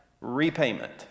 repayment